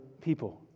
people